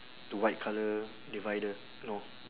the white colour divider no